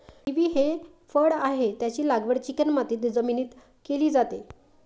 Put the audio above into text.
kiwi हे फळ आहे, त्याची लागवड चिकणमाती जमिनीत केली जाते